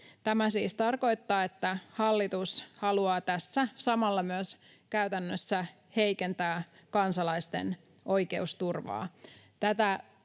Tämä siis tarkoittaa, että hallitus haluaa tässä samalla myös käytännössä heikentää kansalaisten oikeusturvaa.